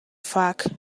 fact